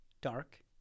dark